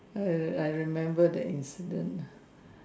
I remembered that incident